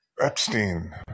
epstein